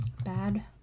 Bad